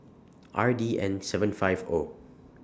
R D N seven five O